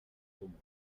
comune